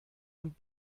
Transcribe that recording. und